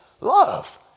love